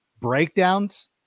breakdowns